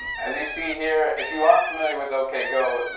as you see here, if you aren't familiar with ok go,